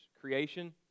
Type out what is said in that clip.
Creation